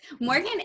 morgan